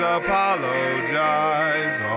apologize